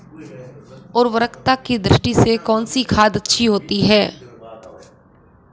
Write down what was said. उर्वरकता की दृष्टि से कौनसी खाद अच्छी होती है?